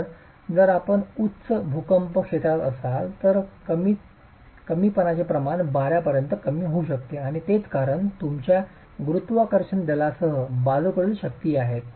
तर जर आपण उच्च भूकंपक्षेत्रात असाल तर कमीपणाचे प्रमाण 12 पर्यंत कमी होऊ शकते आणि तेच कारण तुमच्यात गुरुत्वाकर्षण दलासह बाजूकडील शक्ती आहेत